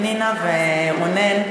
פנינה ורונן.